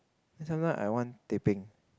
then sometimes I want teh peng